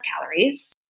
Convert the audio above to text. calories